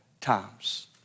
times